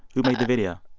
who made the video?